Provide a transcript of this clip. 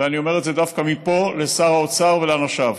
ואני אומר את זה דווקא מפה לשר האוצר ולאנשיו.